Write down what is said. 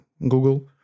Google